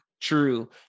true